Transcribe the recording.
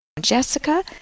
Jessica